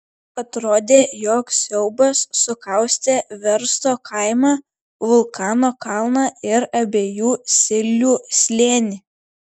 atrodė jog siaubas sukaustė versto kaimą vulkano kalną ir abiejų silių slėnį